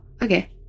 okay